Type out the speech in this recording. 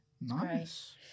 Nice